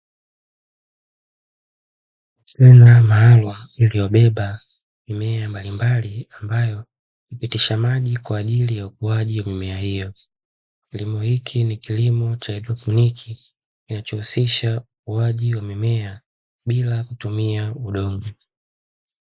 Bomba maalumu lililobeba mimea mbalimbali ambalo hupitisha maji kwa ajili ya ukuaji wa mimea hiyo. Kilimo hiki ni kilimo cha haidroponi, kinachohusisha ukuaji wa mimea bila kutumia udongo.